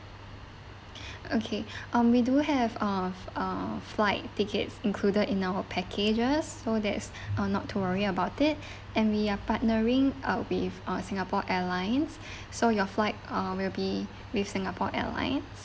okay um we do have uh uh flight tickets included in our packages so that's uh not to worry about it and we are partnering uh with uh Singapore Airlines so your flight uh will be with Singapore Airlines